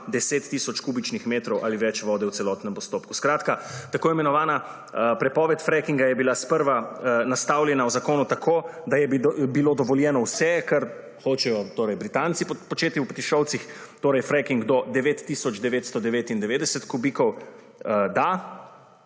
tisoč kubičnih metrov ali več vode v celotnem postopku. Skratka, tako imenovana prepoved frackinga je bila sprva nastavljena v zakonu tako, da je bilo dovoljeno vse kar hočejo torej Britanci početi v Petišovcih, torej fracking do 9 tisoč 999 kubikov, da,